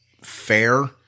fair